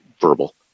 verbal